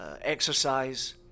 exercise